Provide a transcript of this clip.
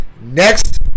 next